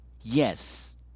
Yes